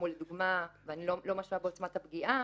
ואני לא משווה בעוצמת הפגיעה,